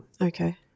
Okay